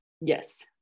Yes